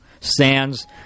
Sands